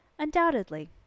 Undoubtedly